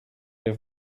have